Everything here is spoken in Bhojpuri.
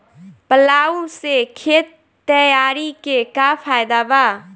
प्लाऊ से खेत तैयारी के का फायदा बा?